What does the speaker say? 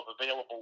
available